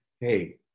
hey